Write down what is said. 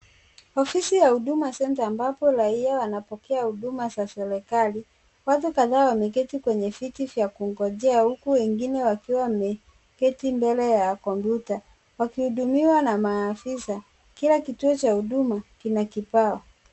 Ofisi ya huduma center ambapo raia wanapokea huduma za serikali, watu kadhaa wemeketi kwenye viti vya kungojea huku wengine wemeketi mbele ya computer wakihudumiwa na maafisa, kila kituo cha huduma kina kibao.